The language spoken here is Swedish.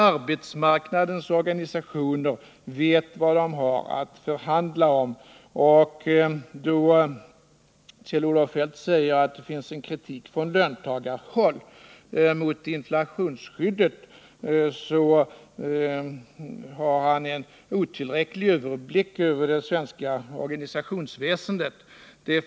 Arbetsmarknadens organisationer vet vad de har att förhandla om. Då Kjell-Olof Feldt säger att det fanns en kritik från löntagarhåll mot inflationsskyddet visar det att han har en otillräcklig överblick över det svenska organisationsväsendet.